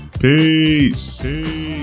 Peace